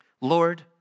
Lord